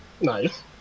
Nice